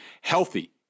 healthy